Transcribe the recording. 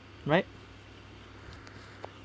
right